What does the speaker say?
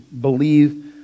believe